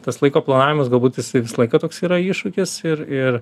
tas laiko planavimas galbūt jisai visą laiką toks yra iššūkis ir ir